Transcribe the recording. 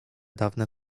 dawne